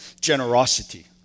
generosity